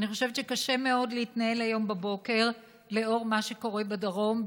אני חושבת שקשה מאוד להתנהל היום בבוקר לאור מה שקורה בדרום,